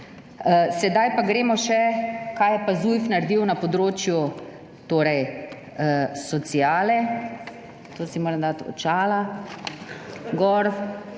Sedaj pa gremo še, kaj je pa Zujf naredil na področju sociale. Za to si moram dati očala gor.